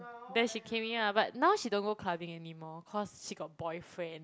then she came in ah but now she don't go clubbing anymore cause she got boyfriend